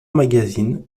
magazine